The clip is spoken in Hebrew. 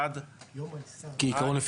עד --- כעקרון,